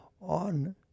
on